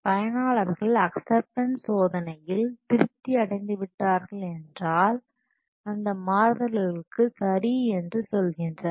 பயனாளர்கள் அக்சப்ஸ்டன்ஸ் சோதனையில் திருப்தி அடைந்து விட்டார்கள் என்றால் அந்த மாறுதல்களுக்கு சரி என்று சொல்கின்றனர்